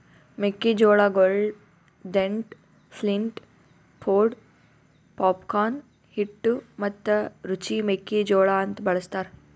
ಮೆಕ್ಕಿ ಜೋಳಗೊಳ್ dent, flint, pod, popcorn, ಹಿಟ್ಟು ಮತ್ತ ರುಚಿ ಮೆಕ್ಕಿ ಜೋಳ ಅಂತ್ ಬಳ್ಸತಾರ್